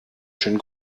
schön